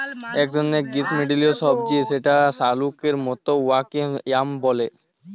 ইক ধরলের গিস্যমল্ডলীয় সবজি যেট শাকালুর মত উয়াকে য়াম ব্যলে